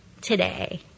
today